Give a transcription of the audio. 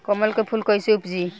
कमल के फूल कईसे उपजी?